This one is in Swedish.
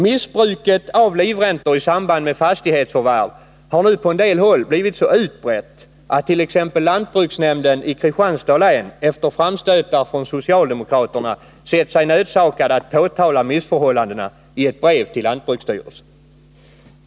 Missbruket av livräntor i samband med fastighetsförvärv har nu på en del håll blivit så utbrett att t.ex. lantbruksnämnden i Kristianstads län, efter framstötar från socialdemokraterna, sett sig nödsakad att påtala missförhållandena i ett brev till lantbruksstyrelsen.